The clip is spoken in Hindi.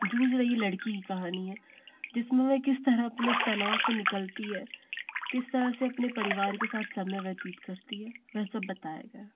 जूझ रही लड़की की कहानी है जिसमें वह किस तरह अपने इस तनाव से निकलती है किस तरह से अपने परिवार के साथ समय व्यतीत करती है वह सब बताया गया